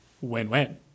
win-win